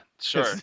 Sure